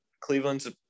cleveland's